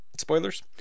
Spoilers